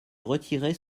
retirer